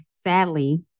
sadly